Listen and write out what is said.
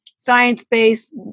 science-based